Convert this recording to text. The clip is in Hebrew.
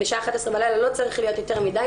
בשעה 23:00 בלילה לא צריך להיות יותר מדי